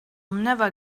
never